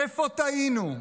איפה טעינו?